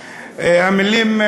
המילים,